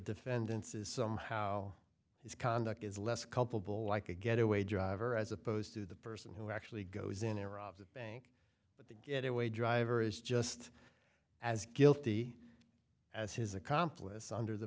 defendants is somehow his conduct is less culpable like a getaway driver as opposed to the person who actually goes in iraq the bank but they get away driver is just as guilty as his accomplice under the